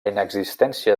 inexistència